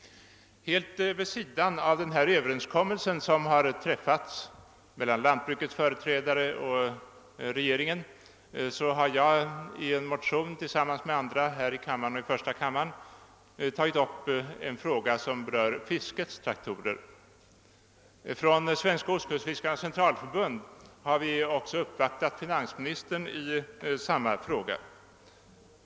Helt vid sidan av den överenskommelse som träffats mellan lantbrukets företrädare och regeringen har jag tillsammans med några andra ledamöter av denna kammare och första kammaren tagit upp en fråga som berör fiskets traktorer. Från Svenska ostkustfiskarenas centralförbund har vi uppvaktat finansministern i denna fråga.